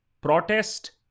Protest